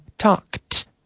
Talked